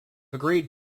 agreed